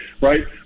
Right